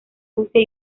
rusia